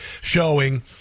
showing